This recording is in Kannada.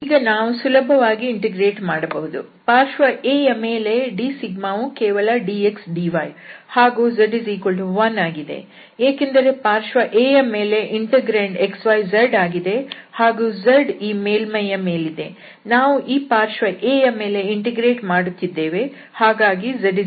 ಈಗ ನಾವು ಸುಲಭವಾಗಿ ಇಂಟಿಗ್ರೇಟ್ ಮಾಡಬಹುದು ಪಾರ್ಶ್ವ A ಯ ಮೇಲೆ dವು ಕೇವಲ dx dy ಹಾಗೂ z1 ಆಗಿದೆ ಏಕೆಂದರೆ ಪಾರ್ಶ್ವ A ಯ ಮೇಲೆ ಇಂಟೆಗ್ರಾಂಡ್ xyzಆಗಿದೆ ಹಾಗೂ z ಈ ಮೇಲ್ಮೈಯ ಮೇಲಿದೆ ನಾವು ಈ ಪಾರ್ಶ್ವ A ಯ ಮೇಲೆ ಇಂಟಿಗ್ರೇಟ್ ಮಾಡುತ್ತಿದ್ದೇವೆ ಹಾಗಾಗಿ z1